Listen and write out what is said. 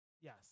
Yes